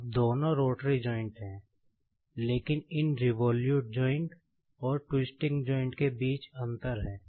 अब दोनों rotary joint हैं लेकिन इन रिवोल्युट जॉइंट् और ट्विस्टिंग जॉइंट् के बीच अंतर है